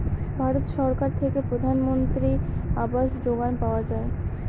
ভারত সরকার থেকে প্রধানমন্ত্রী আবাস যোজনা পাওয়া যায়